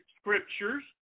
scriptures